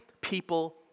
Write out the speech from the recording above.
people